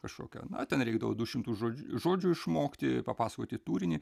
kažkokią na ten reikdavo du šimtus žodžių žodžių išmokti papasakoti turinį